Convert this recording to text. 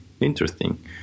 interesting